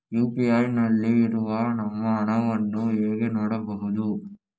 UPI ನಲ್ಲಿ ಇರುವ ನಮ್ಮ ಹಣವನ್ನು ಹೇಗೆ ನೋಡುವುದು?